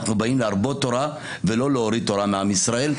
אנחנו באים להרבות תורה ולא להוריד תורה מעם ישראל,